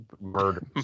murders